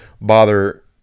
bother